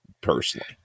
personally